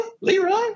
Leroy